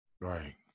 Right